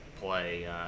play